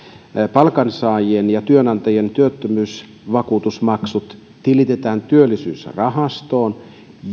palkansaajien ja työnantajien työttömyysvakuutusmaksut tilitetään työllisyysrahastoon